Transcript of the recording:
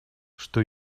что